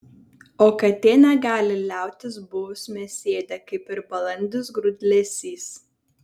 o katė negali liautis buvus mėsėdė kaip ir balandis grūdlesys